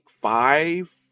five